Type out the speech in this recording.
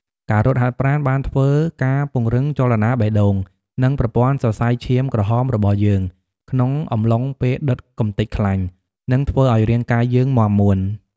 ការរត់ហាត់ប្រាណបានធ្វើការពង្រឹងចលនាបេះដូង និង ប្រព័ន្ធសសៃឈាមក្រហមរបស់យើង ក្នុងអំឡុងពេលដុតកំទេចខ្លាញ់ និង ធ្វើឲ្យរាងកាយយើងមាំមួន។